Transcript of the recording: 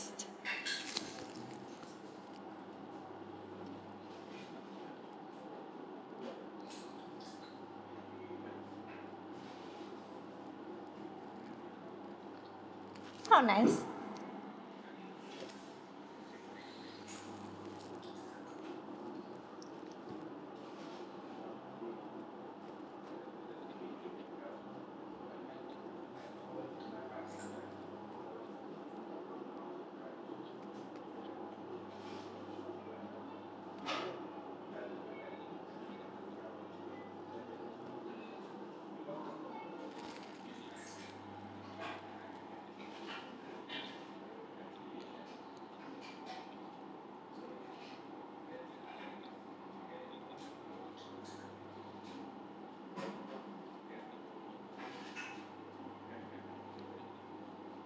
how nice